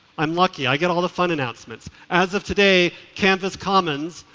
i'm lucky, i get all the fun announcements. as of today canvass commons,